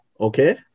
okay